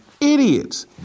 idiots